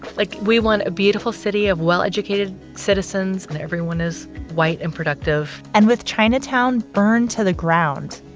like we want a beautiful city of well-educated citizens and everyone is white and productive and with chinatown burned to the ground,